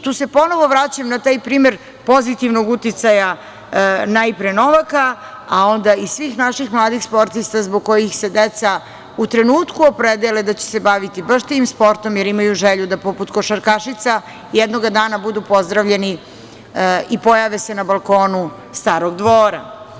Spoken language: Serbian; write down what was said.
Tu se ponovo vraćam na taj primer pozitivnog uticaja, najpre Novaka, a onda i svih naših mladih sportista zbog kojih se deca u trenutku opredele da će se baviti baš tim sportom, jer imaju želju da, poput košarkašica, jednoga dana budu pozdravljeni i pojave se na balkonu Starog dvora.